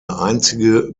einzige